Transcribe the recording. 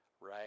right